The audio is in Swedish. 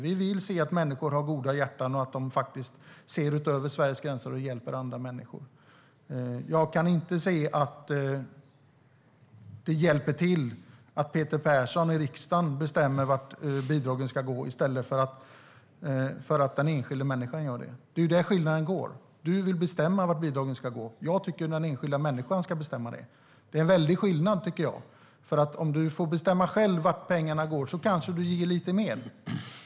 Vi vill se att människor har goda hjärtan och att de ser utöver Sveriges gränser och hjälper andra människor. Jag kan inte se att det hjälper till att Peter Persson i riksdagen bestämmer vart bidragen ska gå i stället för att den enskilda människan gör det. Det är där skiljelinjen går. Du vill bestämma vart bidragen ska gå. Jag tycker att den enskilda människan ska bestämma det. Det är en väldig skillnad. Om man får bestämma själv vart pengarna ska gå kanske man ger lite mer.